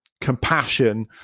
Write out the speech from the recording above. compassion